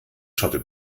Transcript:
schaute